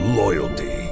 loyalty